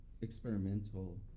experimental